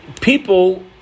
people